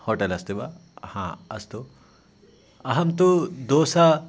hotel अस्ति वा हा अस्तु अहं तु दोसा